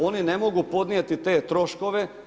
Oni ne mogu podnijeti te troškove.